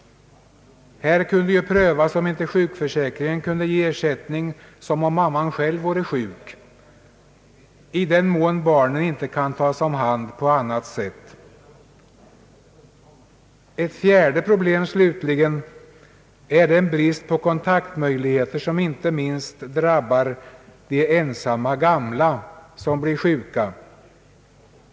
Här borde prövas om inte sjukförsäkringen kunde ge ersättning som om mamman själv vore sjuk, i den mån barnet inte kan tas om hand på annat sätt. Ett fjärde problem slutligen är den brist på kontaktmöjligheter som inte minst drabbar de ensamma gamla när de blir sjuka.